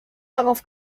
darauf